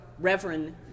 Reverend